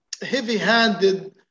heavy-handed